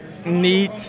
neat